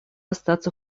остаться